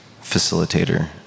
facilitator